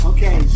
Okay